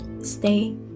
Stay